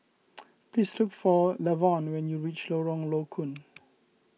please look for Lavon when you reach Lorong Low Koon